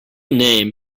name